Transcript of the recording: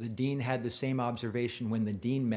the dean had the same observation when the dean met